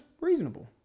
reasonable